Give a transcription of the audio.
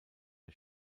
der